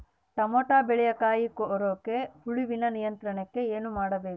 Tomato ಬೆಳೆಯ ಕಾಯಿ ಕೊರಕ ಹುಳುವಿನ ನಿಯಂತ್ರಣಕ್ಕೆ ಏನು ಮಾಡಬೇಕು?